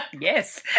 yes